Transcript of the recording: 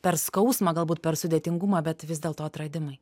per skausmą galbūt per sudėtingumą bet vis dėlto atradimai